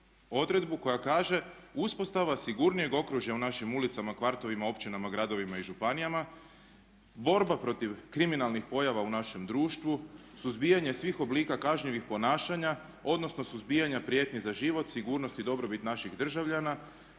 odredbu koja kaže "Uspostava sigurnijeg okružja u našim ulicama, kvartovima, općinama, gradovima i županijama, borba protiv kriminalnih pojava u našem društvu, suzbijanje svih oblika kažnjivih ponašanja, odnosno suzbijanja prijetnji za život, sigurnost i dobrobit naših državljana,